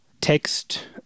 text